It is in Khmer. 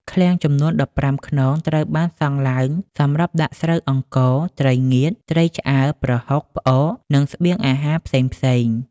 ឃ្លាំងចំនួន ១៥ ខ្នងត្រូវបានសង់ឡើងសម្រាប់ដាក់ស្រូវអង្ករ ត្រីងៀត ត្រីឆ្អើរ ប្រហុក ផ្អក និងស្បៀងអាហារផ្សេងៗ។